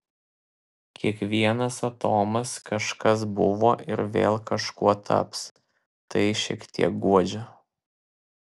kiekvienas atomas kažkas buvo ir vėl kažkuo taps tai šiek tiek guodžia